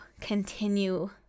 continue